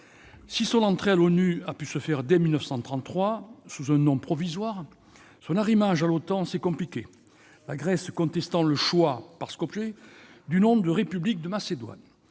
Si son entrée à l'ONU a pu se faire dès 1993 sous un nom provisoire, son arrimage à l'OTAN a été compliqué, la Grèce contestant le choix par Skopje du nom de « République de Macédoine